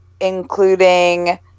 including